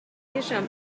tiešām